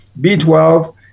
B12